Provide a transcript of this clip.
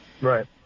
Right